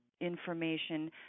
information